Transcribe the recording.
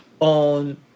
on